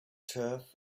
turf